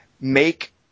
make